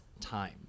time